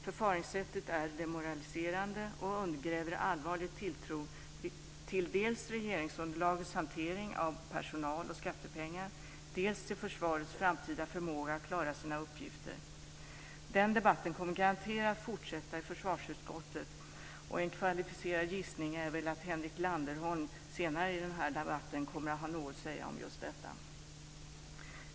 Förfaringssättet är demoraliserande och undergräver allvarligt tilltron till dels regeringsunderlagets hantering av personal och skattepengar, dels försvarets framtida förmåga att klara sina uppgifter. Den debatten kommer garanterat att fortsätta i försvarsutskottet. En kvalificerad gissning är att Henrik Landerholm senare i debatten kommer att ha något att säga om just detta.